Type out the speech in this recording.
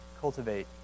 cultivate